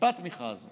טיפת התמיכה הזאת